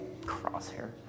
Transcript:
crosshair